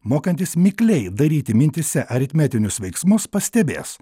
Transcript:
mokantis mikliai daryti mintyse aritmetinius veiksmus pastebės